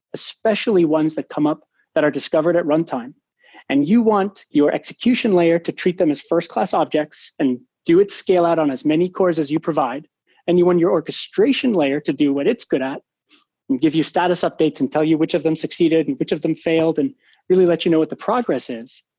especially ones that come up that are discovered at runtime and you want your execution layer to treat them as first-class objects and do it scale out on as many cores as you provide and you're on your orchestration layer to do what it's good at and give you status updates and tell you which of them succeeded and which of them failed and really let you know what the progress is,